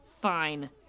fine